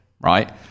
right